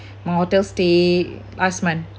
my hotel stay last month